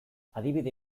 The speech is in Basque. adibide